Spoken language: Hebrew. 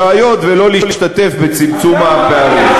אתם מתעקשים להרחיב את הבעיות ולא להשתתף בצמצום הבעיות.